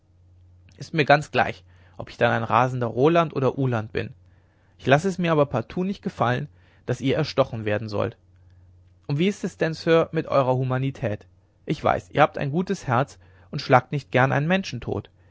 ist mir ganz gleich ob ich dann ein rasender roland oder uhland bin ich lasse es mir aber partout nicht gefallen daß ihr erstochen werden sollt und wie ist es denn sir mit eurer humanität ich weiß ihr habt ein gutes herz und schlagt nicht gern einen menschen tot